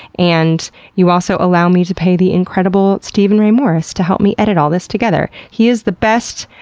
and you also allow me to pay the incredible steven ray morris to help me edit all this together. he is the best,